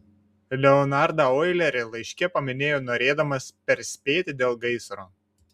leonardą oilerį laiške paminėjo norėdamas perspėti dėl gaisro